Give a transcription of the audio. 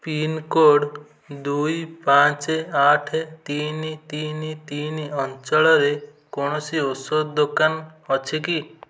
pincode ଦୁଇ ପାଞ୍ଚ ଆଠ ତିନି ତିନି ତିନି ଅଞ୍ଚଳରେ କୌଣସି ଔଷଧ ଦୋକାନ ଅଛି କି